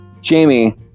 Jamie